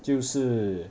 就是